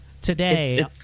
Today